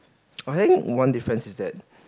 I think one difference is that